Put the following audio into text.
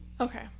Okay